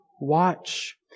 watch